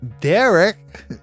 Derek